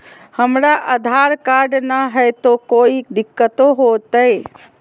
हमरा आधार कार्ड न हय, तो कोइ दिकतो हो तय?